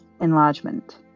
enlargement